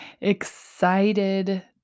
excited